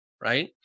right